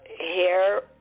hair